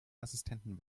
assistenten